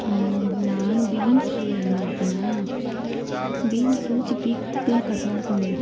ಹ್ಞೂ ನಾನು ಬೀನ್ಸ್ ಪಲ್ಯ ಹೆಂಗೆ ಮಾಡ್ತೀನಿ ಬೀನ್ಸು ಚಿಕ್ಕ ಚಿಕ್ದಾಗಿ ಕಟ್ ಮಾಡ್ಕೊಂಬಿಡು